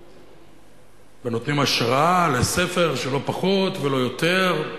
ונותנים השראה לספר שלא פחות ולא יותר,